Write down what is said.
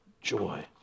joy